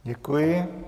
Děkuji.